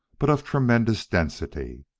but of tremendous density.